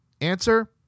Answer